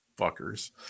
fuckers